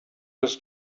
was